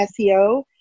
SEO